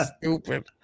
stupid